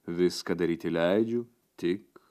viską daryti leidžiu tik